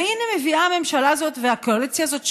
והינה מביאה הממשלה הזאת והקואליציה הזאת,